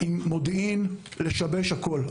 עם מודיעין שמעיד על כך שמתכוונים לשבש הכול.